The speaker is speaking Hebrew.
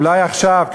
אולי עכשיו,